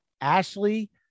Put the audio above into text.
Ashley